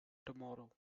tomorrow